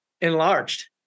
enlarged